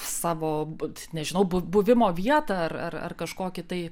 savo būt nežinau bu buvimo vietą ar ar kažkokį tai